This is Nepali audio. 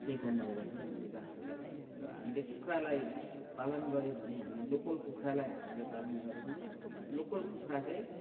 त्यही कारणले गर्दाखेरि हामीले बाख्रालाई र हामीले कुखुरालाई पालन गऱ्यो भने हामी लोकल कुखुरालाई हामीले पालन गऱ्यो भने लोक लोकल कुखुरा चाहिँ